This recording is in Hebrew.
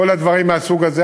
כל הדברים מהסוג הזה.